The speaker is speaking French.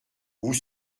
vous